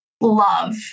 love